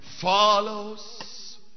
follows